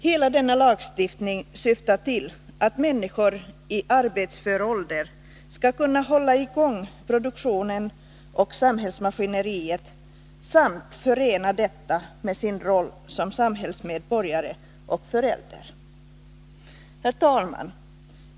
Hela denna lagstiftning syftar till att människor i arbetsför ålder skall kunna hålla i gång produktionen och samhällsmaskineriet, samt förena detta arbete med sin roll som samhällsmedborgare och föräldrar. Herr talman!